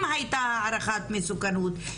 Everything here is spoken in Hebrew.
אם היה הערכת מסוכנות.